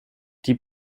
die